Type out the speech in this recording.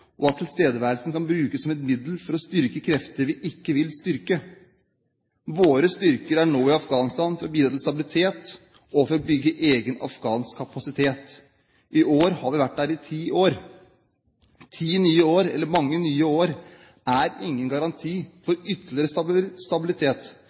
og at tilstedeværelsen kan brukes som et middel for å styrke krefter vi ikke vil styrke. Våre styrker er nå i Afghanistan for å bidra til stabilitet og for å bygge egen afghansk kapasitet. I år har vi vært der i ti år. Ti nye år, eller mange nye år, er ingen garanti